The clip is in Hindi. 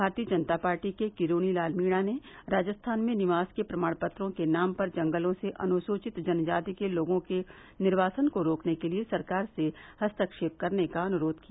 भारतीय जनता पार्टी के किरोड़ी लाल मीना ने राजस्थान में निवास के प्रमाण पत्रों के नाम पर जंगलों से अनुसूचित जनजाति के लोगों के निर्वासन को रोकने के लिए सरकार से हस्तक्षेप करने का अनुरोध किया